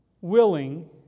willing